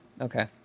Okay